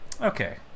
Okay